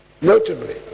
Notably